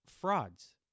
frauds